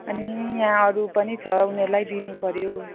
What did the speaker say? अनि यहाँ अरू पनि छ उनीहरूलाई दिनुपर्यो